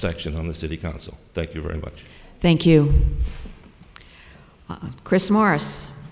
section on the city council thank you very much thank you chris morris